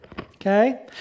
okay